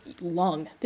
long